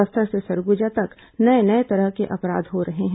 बस्तर से सरगुजा तक नये नये तरह के अपराध हो रहे हैं